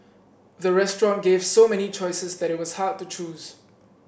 the restaurant gave so many choices that it was hard to choose